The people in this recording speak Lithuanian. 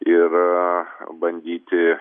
ir bandyti